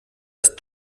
ist